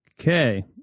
Okay